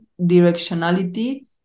directionality